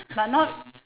but not